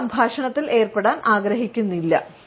വ്യക്തി സംഭാഷണത്തിൽ ഏർപ്പെടാൻ ആഗ്രഹിക്കുന്നില്ല